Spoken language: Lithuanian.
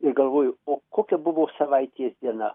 ir galvoju o kokia buvo savaitės diena